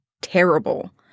terrible